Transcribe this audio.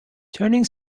turning